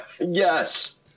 Yes